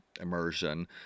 immersion